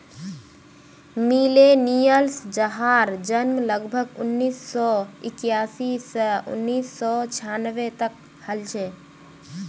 millennials जहार जन्म लगभग उन्नीस सौ इक्यासी स उन्नीस सौ छानबे तक हल छे